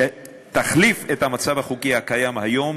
שתחליף את המצב החוקי הקיים היום,